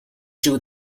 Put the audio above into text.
two